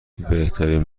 بهترین